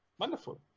Wonderful